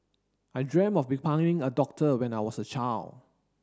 I dream of becoming a doctor when I was a child